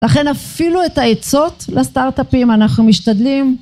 לכן אפילו את העצות לסטארט-אפים אנחנו משתדלים.